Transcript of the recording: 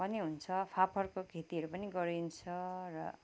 पनि हुन्छ फापरको खेतीहरू पनि गरिन्छ र